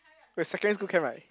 the second is good cam right